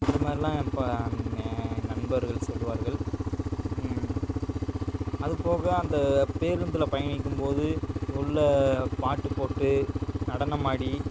அந்த மாதிரிலாம் இப்போ என் நண்பர்கள் சொல்லுவார்கள் அதுபோக அந்த பேருந்தில் பயணிக்கும் போது உள்ள பாட்டுப் போட்டு நடனமாடி